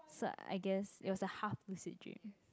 so I guess it was a half lucid dream